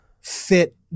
fit